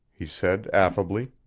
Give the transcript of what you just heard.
he said affably.